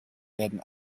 werden